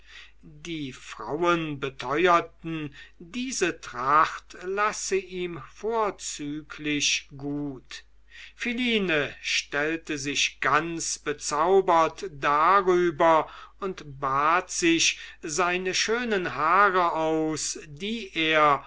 die frauen beteuerten diese tracht lasse ihm vorzüglich gut philine stellte sich ganz bezaubert darüber und bat sich seine schönen haare aus die er